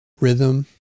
rhythm